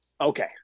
Okay